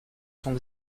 sont